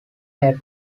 hate